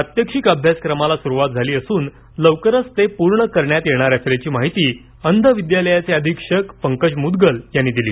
प्रात्यक्षिक अभ्यासक्रमास सुरूवात झाली असून लवकरच पूर्ण करण्यात येणार असल्याची माहिती अंध विद्यालयाचे अधीक्षक पंकज मुदगल यांनी दिली